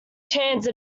chance